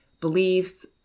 beliefs